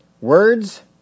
Words